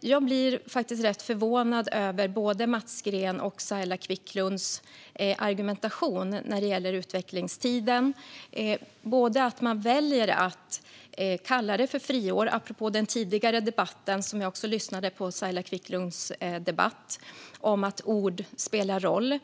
Jag blir förvånad över både Mats Greens och Saila Quicklunds argumentation när det gäller utvecklingstiden. Man väljer att kalla det för friår, apropå Saila Quicklunds tidigare debatt, som jag också lyssnade på, om att ord spelar roll.